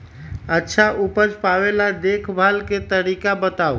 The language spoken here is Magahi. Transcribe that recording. अच्छा उपज पावेला देखभाल के तरीका बताऊ?